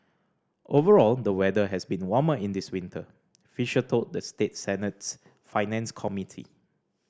overall the weather has been warmer in this winter Fisher told the state Senate's finance committee